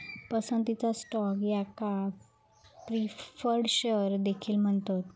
पसंतीचा स्टॉक याका preferred shares देखील म्हणतत